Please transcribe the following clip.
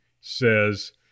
says